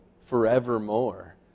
forevermore